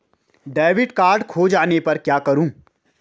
Debit card खो जाने पर क्या करूँ?